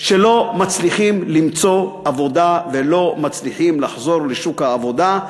שלא מצליחים למצוא עבודה ולא מצליחים לחזור לשוק העבודה.